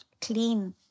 clean